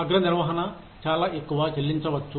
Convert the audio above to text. అగ్ర నిర్వహణ చాలా ఎక్కువ చెల్లించవచ్చు